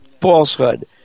falsehood